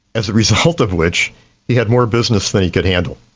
as a result of which he had more business than he could handle.